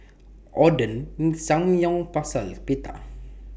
Oden Samgyeopsal and Pita